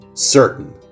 certain